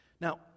Now